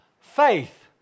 faith